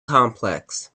complex